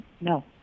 no